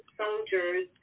soldiers